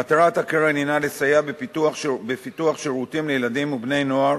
מטרת הקרן הינה לסייע בפיתוח שירותים לילדים ובני-נוער